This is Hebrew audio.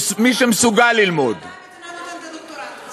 מי שמסוגל ללמוד, ממתי המדינה נותנת לדוקטורנטים?